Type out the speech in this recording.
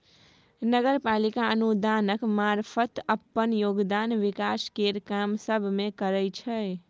नगर पालिका अनुदानक मारफत अप्पन योगदान विकास केर काम सब मे करइ छै